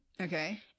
Okay